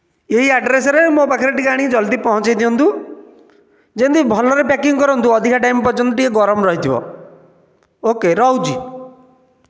ଏହି ଆଡ୍ରେସରେ ମୋ' ପାଖରେ ଟିକିଏ ଆଣି ଜଲ୍ଦି ପହୁଞ୍ଚାଇ ଦିଅନ୍ତୁ ଯେମିତି ଭଲରେ ପ୍ୟାକିଂ କରନ୍ତୁ ଅଧିକା ଟାଇମ୍ ପର୍ଯ୍ୟନ୍ତ ଟିକେ ଗରମ ରହିଥିବ ଓକେ ରହୁଛି